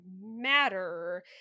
matter